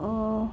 अ